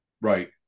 right